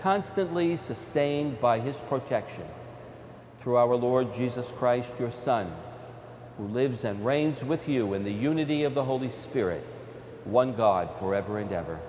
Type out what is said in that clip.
constantly sustained by his protection through our lord jesus christ your son who lives and reigns with you in the unity of the holy spirit one god forever and